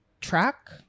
track